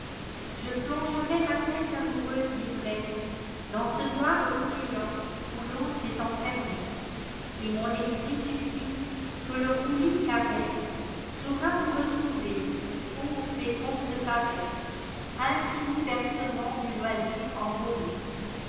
je plongerai ma tête amoureuse d'ivressedans ce noir océan où l'autre est enferme et mon esprit subtil que le roulis caressesaura vous retrouver ô féconde paresse inûnis bercements du loisir embaumé